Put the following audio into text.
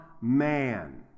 man